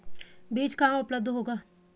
बीज कहाँ उपलब्ध होगा?